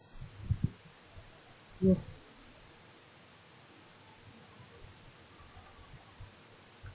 yes